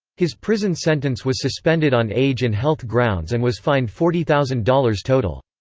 his prison sentence was suspended on age and health grounds and was fined forty thousand dollars total.